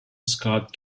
scott